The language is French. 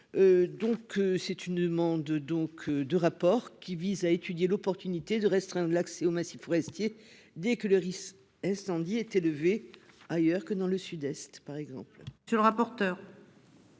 Donc c'est une demande donc de rapport qui vise à étudier l'opportunité de restreindre l'accès aux massifs forestiers dès que le risque d'incendie est élevé ailleurs que dans le Sud-Est par exemple. Monsieur le rapporteur.